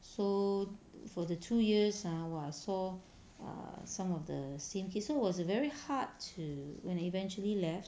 so for the two years ah !wah! so err some of the same kids so it was very hard to when eventually left